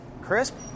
crisp